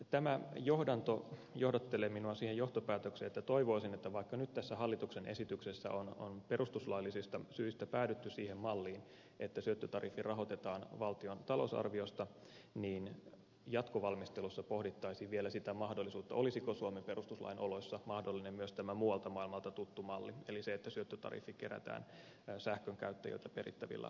tämä johdanto johdattelee minua siihen johtopäätökseen että toivoisin että vaikka nyt tässä hallituksen esityksessä on perustuslaillisista syistä päädytty siihen malliin että syöttötariffi rahoitetaan valtion talousarviosta niin jatkovalmistelussa pohdittaisiin vielä sitä mahdollisuutta olisiko suomen perustuslain oloissa mahdollinen myös tämä muualta maailmalta tuttu malli eli se että syöttötariffi kerätään sähkönkäyttäjiltä perittävillä maksuilla